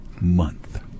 month